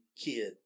Kid